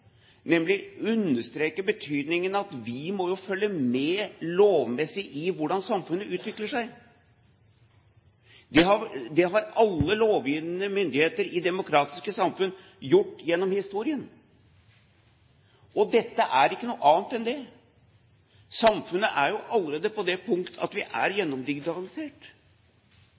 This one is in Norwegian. nemlig å understreke betydningen av at vi må følge med lovmessig på hvordan samfunnet utvikler seg. Det har alle lovgivende myndigheter i demokratiske samfunn gjort gjennom historien. Dette er ikke noe annet enn det. Samfunnet er jo allerede slik på det punkt at det er gjennomdigitalisert.